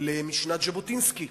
למשנת ז'בוטינסקי.